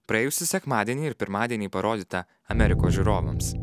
praėjusį sekmadienį ir pirmadienį parodyta amerikos žiūrovams